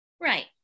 Right